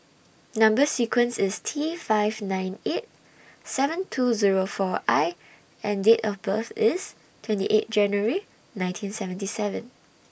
Number sequence IS T five nine eight seven two Zero four I and Date of birth IS twenty eight January nineteen seventy seven